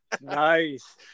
Nice